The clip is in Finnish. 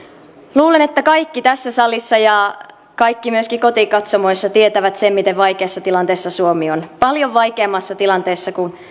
luulen että kaikki tässä salissa ja kaikki myöskin kotikatsomoissa tietävät sen miten vaikeassa tilanteessa suomi on paljon vaikeammassa tilanteessa kuin mitä